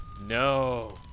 No